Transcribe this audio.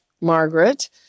margaret